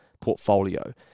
portfolio